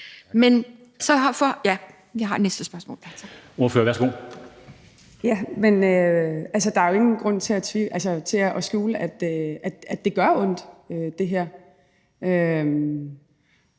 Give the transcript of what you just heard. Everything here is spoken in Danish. Der er jo ingen grund til at skjule, at det her gør ondt, og